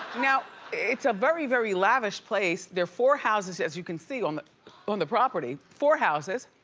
you know it's a very, very lavish place. they're four houses as you can see on on the property. four houses,